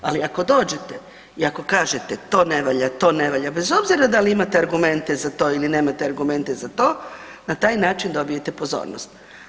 Ali ako dođete i ako kažete „to ne valja“, „to ne valja“ bez obzira da li imate argumente za to ili nemate argumente za to na taj način dobijete pozornost.